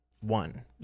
one